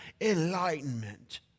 Enlightenment